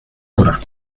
dra